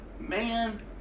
Man